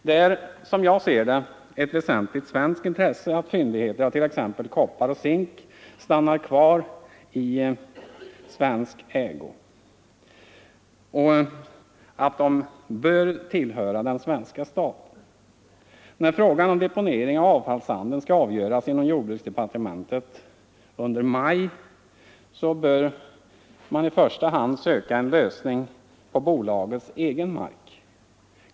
Det är, som jag ser det, ett väsentligt svenskt intresse att fyndigheter av t.ex. koppar och zink stannar kvar i svensk ägo och tillhör den svenska staten. När frågan om deponering av avfallssanden skall avgöras inom jordbruksdepartementet under maj i år, bör man i första hand söka en lösning på bolagets egen mark.